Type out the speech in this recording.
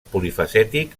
polifacètic